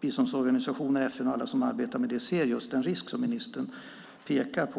biståndsorganisationer, FN och alla som arbetar med det ser just den risk som ministern pekar på.